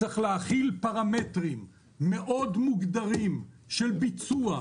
צריך להחיל פרמטרים מאוד מוגדרים של ביצוע,